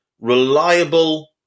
reliable